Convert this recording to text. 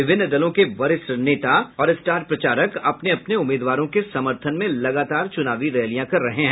विभिन्न दलों के वरिष्ठ नेता और स्टार प्रचारक अपने अपने उम्मीदवारों के समर्थन में लगातार चुनावी रैलियां कर रहे हैं